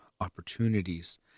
opportunities